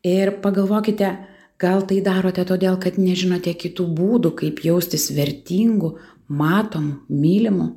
ir pagalvokite gal tai darote todėl kad nežinote kitų būdų kaip jaustis vertingu matomu mylimu